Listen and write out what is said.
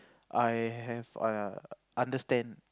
I have I understand